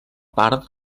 part